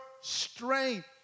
strength